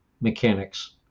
mechanics